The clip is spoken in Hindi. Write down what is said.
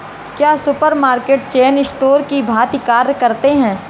क्या सुपरमार्केट चेन स्टोर की भांति कार्य करते हैं?